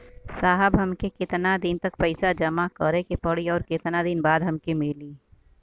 साहब हमके कितना दिन तक पैसा जमा करे के पड़ी और कितना दिन बाद हमके मिली?